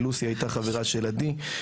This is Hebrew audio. לוסי הייתה חברה של עדי.